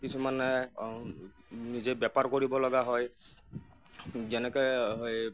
কিছুমানে নিজে বেপাৰ কৰিবলগা হয় যেনেকে হেই